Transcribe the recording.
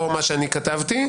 לא מה שאני כתבתי,